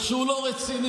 ושהוא לא רציני,